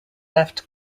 left